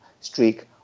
streak